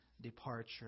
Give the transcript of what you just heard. departure